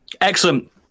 Excellent